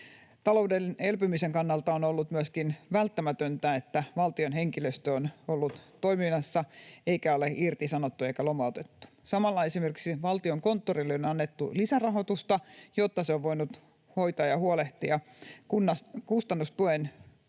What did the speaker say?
Talouden elpymisen kannalta on ollut myöskin välttämätöntä, että valtion henkilöstö on ollut toiminnassa eikä sitä ole irtisanottu eikä lomautettu. Samalla esimerkiksi Valtiokonttorille on annettu lisärahoitusta, jotta se on voinut hoitaa ja huolehtia kustannustuen